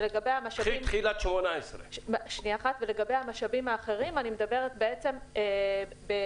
ולגבי המשאבים האחרים אני מדברת בעצם בסוף